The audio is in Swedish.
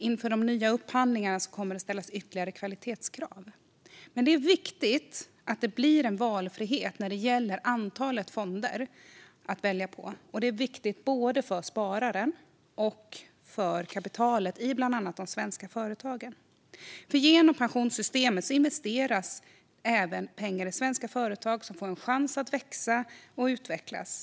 Inför de nya upphandlingarna kommer det att ställas ytterligare kvalitetskrav. Men det är viktigt att det blir en valfrihet när det gäller antalet fonder att välja på, och det är viktigt både för spararen och för kapitalet i bland annat de svenska företagen. Genom pensionssystemet investeras pengar även i svenska företag som får en chans att växa och utvecklas.